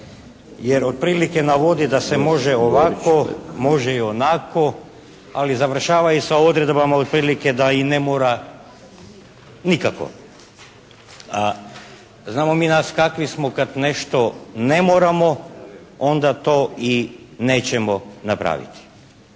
Jer otprilike navodi da se može ovako, može i onako ali završavaju sa odredbama otprilike da i ne mora nikako. Znamo mi danas kakvi smo kad nešto ne moramo onda to i nećemo napraviti.